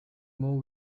more